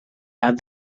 add